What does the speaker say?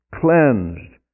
cleansed